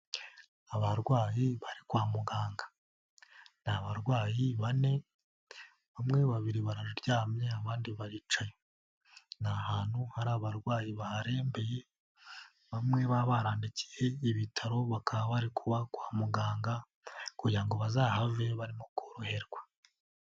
Abarwayi bari kwa muganga, ni abarwayi bane bamwe babiri bararyamye, abandi baricaye. Ni ahantu hari abarwayi baharembeye bamwe baba barandikiye ibitaro, bakaba bari kuba kwa muganga kugira ngo bazahave barimo koroherwa.